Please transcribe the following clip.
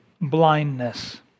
blindness